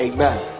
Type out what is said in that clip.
Amen